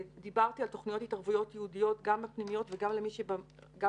דיברתי על תוכניות התערבות ייעודיות גם בפנימיות וגם לממשקים